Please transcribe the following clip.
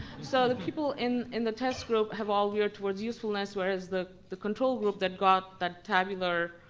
so the people in in the test group have all veered towards usefulness, whereas the the control group that got that tabular,